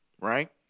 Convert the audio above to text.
right